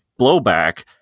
blowback